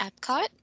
Epcot